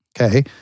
Okay